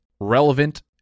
relevant